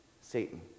Satan